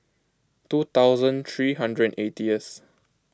two thousand three hundred and eightieth